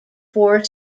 four